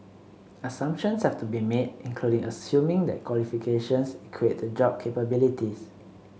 assumptions have to be made including assuming that qualifications equate to job capabilities